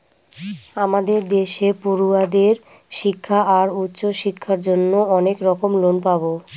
আমাদের দেশে পড়ুয়াদের শিক্ষা আর উচ্চশিক্ষার জন্য অনেক রকম লোন পাবো